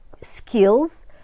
skills